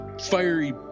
fiery